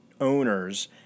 owners